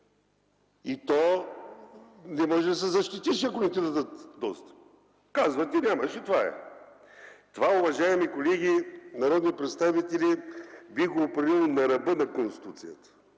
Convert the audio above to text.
И не можеш да се защитиш, ако не ти дадат достъп. Казват ти нямаш и това е. Това, уважаеми колеги народни представители, бих го определил на ръба на Конституцията,